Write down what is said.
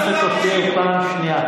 מה אתה אומר לה?